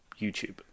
YouTube